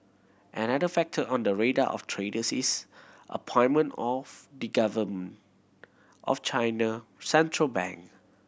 another factor on the radar of traders is appointment of the governor of China central bank